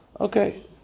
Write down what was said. Okay